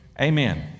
Amen